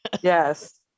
Yes